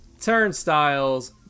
turnstiles